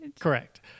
Correct